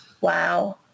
Wow